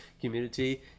community